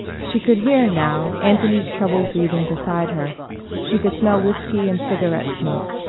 she could hear, now, anthony's troubled breathing beside her she could smell whiskey and cigarette smoke.